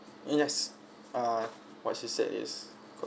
yes err what she said is